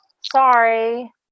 sorry